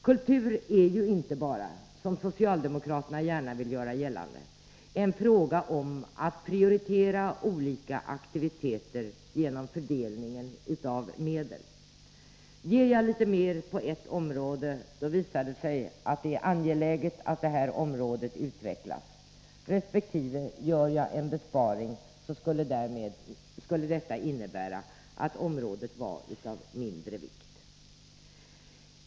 Kultur är ju inte bara, som socialdemokraterna gärna vill göra gällande, en fråga om att prioritera olika aktiviteter genom fördelningen av medel — satsas det litet mer på ett område skulle det betyda att det är angeläget att det området utvecklas, medan en besparing inom ett område skulle innebära att detta var av mindre vikt.